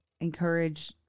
encourage